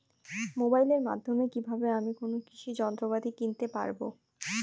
মোবাইলের মাধ্যমে কীভাবে আমি কোনো কৃষি যন্ত্রপাতি কিনতে পারবো?